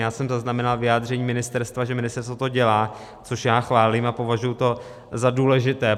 Já jsem zaznamenal vyjádření ministerstva, že ministerstvo to dělá, což já chválím a považuji to za důležité.